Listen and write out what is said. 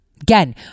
Again